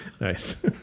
Nice